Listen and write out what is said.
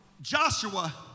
Joshua